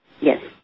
Yes